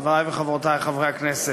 חברי וחברותי חברי הכנסת,